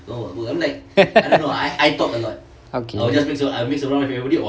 okay